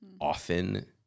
often